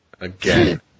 Again